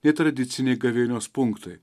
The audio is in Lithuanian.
nei tradiciniai gavėnios punktai